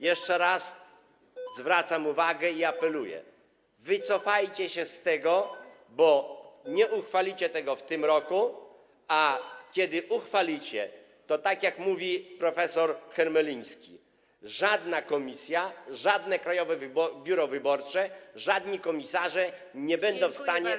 Jeszcze raz zwracam uwagę i apeluję: wycofajcie się z tego, bo nie uchwalicie tego w tym roku, a jeśli uchwalicie, to - tak jak mówi prof. Hermeliński - żadna komisja, żadne Krajowe Biuro Wyborcze, żadni komisarze nie będą w stanie.